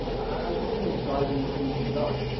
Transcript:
i really am striving to be done.